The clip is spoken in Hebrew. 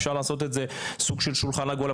אפשר לעשות את זה סוג של שולחן עגול,